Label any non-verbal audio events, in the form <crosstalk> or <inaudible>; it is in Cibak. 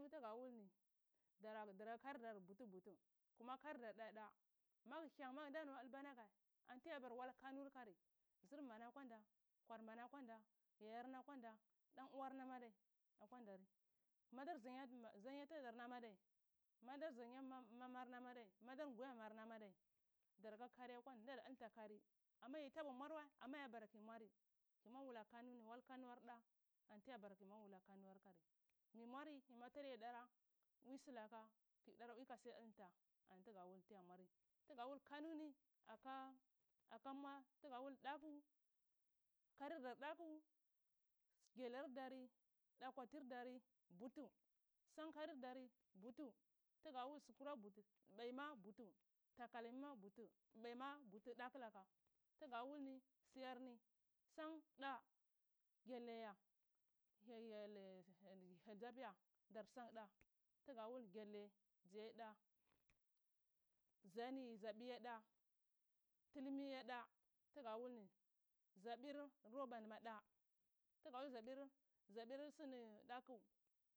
Kuma tga wulni dara ka karir dar butu butu butu kuma karir dar dada maghya mag nda mat dlba naga aritiya bara wal kanur kari nzrmana akwa nda kwar mana akwanda yayar na akwanda dan nwar na ma ada. Kwandari madar zanyati ma madanya tadar na ma adai madar zanya mamarna ma adai mada gwanyar nama adai dark a kari akwa nda da dlata kari amma yi taba mwarwae amma ya bara kiyi mwari kimwari wula kano ni walk no ar da anti ya bara kiyi mwar wula kano ar kari miyi mwari yima tor yi dara bwui slake kdar bwui ka siya dlnta anti gawulni tiya mwari ga wul kano ni ka aka ma tga wul daku karir dar daku gelar dari akwatir dari butu san karir dari butu tga wul su kura butu babaima butu takalmi mabutu abaima butu daka laka tga wulni siyar ni san da gelleya <hesitation> hya hya san da tga wul gelle zye da zani zabiye da tilmi ye da tga wul ni zabir robani ma da tga wul zabir zabir sni daku